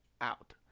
out